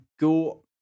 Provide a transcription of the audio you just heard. Go